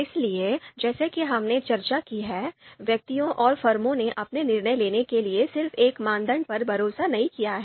इसलिए जैसा कि हमने चर्चा की है व्यक्तियों और फर्मों ने अपने निर्णय लेने के लिए सिर्फ एक मानदंड पर भरोसा नहीं किया है